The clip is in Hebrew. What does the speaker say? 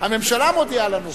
הממשלה מודיעה לנו.